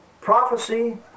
prophecy